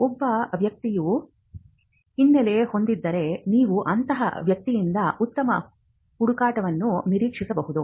ಒಬ್ಬ ವ್ಯಕ್ತಿಯು ಹಿನ್ನೆಲೆ ಹೊಂದಿದ್ದರೆ ನೀವು ಅಂತಹ ವ್ಯಕ್ತಿಯಿಂದ ಉತ್ತಮ ಹುಡುಕಾಟವನ್ನು ನಿರೀಕ್ಷಿಸಬಹುದು